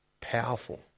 powerful